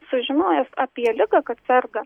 sužinojęs apie ligą kad serga